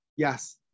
Yes